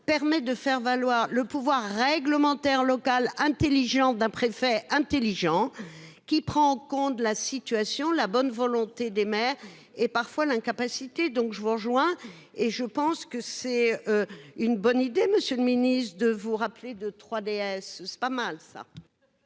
permet de faire valoir le pouvoir réglementaire locale intelligent d'un préfet intelligent. Qui prend en compte la situation, la bonne volonté des maires et parfois l'incapacité. Donc je vous rejoins et je pense que c'est. Une bonne idée, Monsieur le Ministre, de vous rappeler de 3 DS c'est pas mal ça.